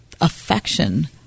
affection